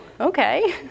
okay